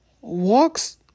walks